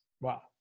Wow